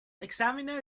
examiner